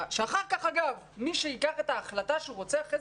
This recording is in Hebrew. אגב מי שייקח את ההחלטה שהוא רוצה אחרי